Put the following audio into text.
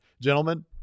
Gentlemen